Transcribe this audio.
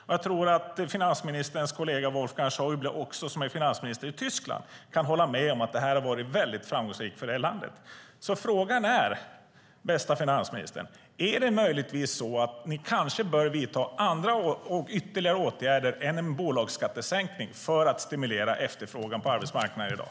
Och jag tror att också finansministerns kollega Wolfgang Schäuble, som är finansminister i Tyskland, kan hålla med om att det har varit väldigt framgångsrikt för landet. Frågan är, bäste finansminister: Är det möjligtvis så att ni kanske bör vidta andra och ytterligare åtgärder än en bolagsskattesänkning för att stimulera efterfrågan på arbetsmarknaden i dag?